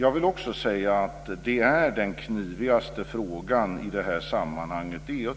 Att ta ställning till kommunerna är den knivigaste frågan i sammanhanget.